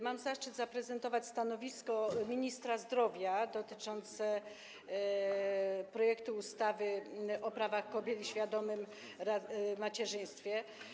Mam zaszczyt zaprezentować stanowisko ministra zdrowia dotyczące projektu ustawy o prawach kobiet i świadomym macierzyństwie.